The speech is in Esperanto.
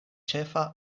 ĉefa